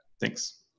Thanks